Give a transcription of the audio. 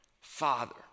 father